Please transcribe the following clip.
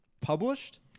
published